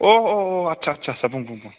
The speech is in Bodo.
औ औ औ आटसा आटसा आटसा बुं बुं बुं